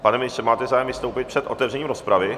Pane ministře, máte zájem vystoupit před otevřením rozpravy?